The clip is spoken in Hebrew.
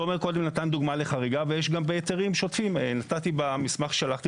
תומר קודם נתן דוגמה לחריגה ויש גם בהיתרים במסמך ששלחתי